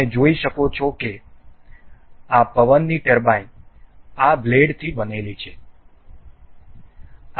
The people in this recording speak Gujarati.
તમે જોઈ શકો છો કે આ પવનની ટર્બાઇન આ બ્લેડથી બનેલી છે